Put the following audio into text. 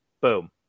boom